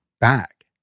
back